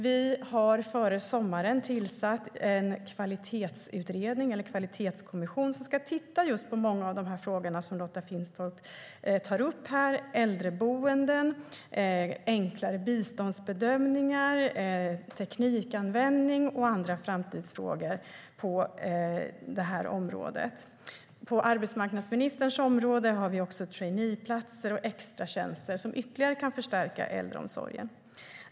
Vi har före sommaren tillsatt en kvalitetskommission som ska titta just på många av de frågor Lotta Finstorp tar upp, som äldreboenden, enklare biståndsbedömningar, teknikanvändning och andra framtidsfrågor på området. På arbetsmarknadsministerns område har vi även traineeplatser och extra tjänster som ytterligare kan förstärka äldreomsorgen.